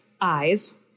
eyes